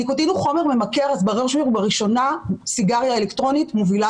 ניקוטין הוא חומר ממכר אז בראש ובראשונה סיגריה אלקטרונית מובילה